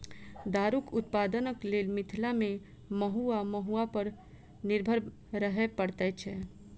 दारूक उत्पादनक लेल मिथिला मे महु वा महुआ पर निर्भर रहय पड़ैत छै